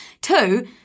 Two